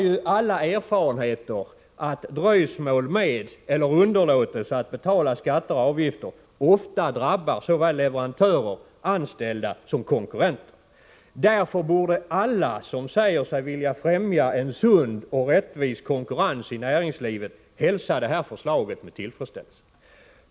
Men alla erfarenheter visar att dröjsmål med eller underlåtelse att betala skatter och avgifter ofta drabbar såväl leverantörer, anställda som konkurrenter. Därför borde alla som säger sig vilja främja en sund och rättvis konkurrens i näringslivet hälsa det här förslaget med tillfredsställelse.